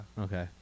Okay